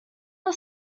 are